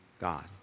God